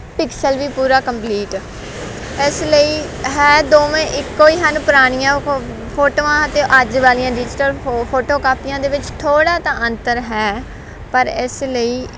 pixel ਵੀ ਪੂਰਾ complete ਇਸ ਲਈ ਹੈ ਦੋਵੇਂ ਇੱਕੋ ਹੀ ਹਨ ਪੁਰਾਣੀਆਂ ਫੋ ਫੋਟੋਆਂ ਅਤੇ ਅੱਜ ਵਾਲੀਆਂ ਡਿਜੀਟਲ ਫੋ ਫੋਟੋ ਕਾਪੀਆਂ ਦੇ ਵਿੱਚ ਥੋੜ੍ਹਾ ਤਾਂ ਅੰਤਰ ਹੈ ਪਰ ਇਸ ਲਈ